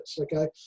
okay